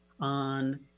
on